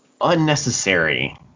unnecessary